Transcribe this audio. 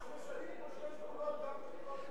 אני חושב שאתה צריך להגיד לכמה קשקשנים פה שיש גבולות,